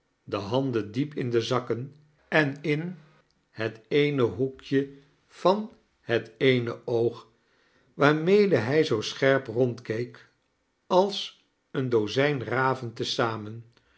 de handen diep in de zakken en in het eene hoekje van het eene oog waarmede hij zoo scherp rondkeek als een dozijn raven te zamen